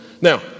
Now